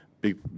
big –